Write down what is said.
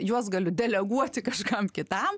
juos galiu deleguoti kažkam kitam